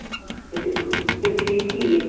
آچھا تیٚلہِ گوٚو تیٚلہِ چھُ یہِ ٹھیٖک